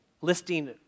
listing